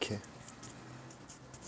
~kay